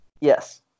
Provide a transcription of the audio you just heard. Yes